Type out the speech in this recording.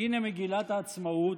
הינה מגילת העצמאות.